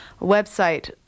website